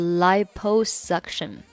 liposuction 。